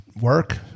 work